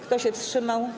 Kto się wstrzymał?